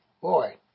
Boy